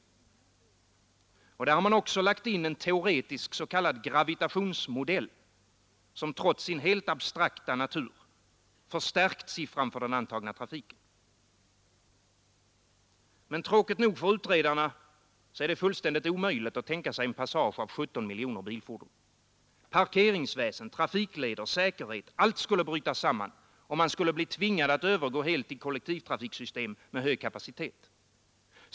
Där hade man också lagt in en teoretisk s.k. gravitationsmodell, som trots sin helt abstrakta natur förstärkt siffran för den antagna trafiken. Men tråkigt nog för utredarna är det fullständigt omöjligt att tänka sig en passage av 17 miljoner bilfordon. Parkeringsväsen, trafikleder, säkerhet, allt skulle bryta samman, och man skulle bli tvingad att övergå helt till kollektivtrafiksystem med hög kapacitet.